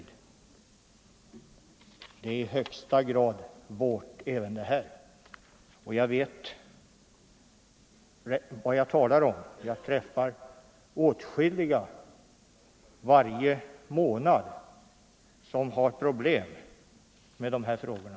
Det är i högsta grad vårt även det här. Och jag vet vad jag talar om. Jag träffar åtskilliga varje månad som har problem med de här frågorna.